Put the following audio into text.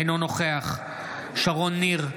אינו נוכח שרון ניר,